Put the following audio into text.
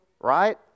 right